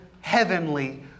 heavenly